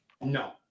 No